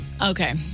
Okay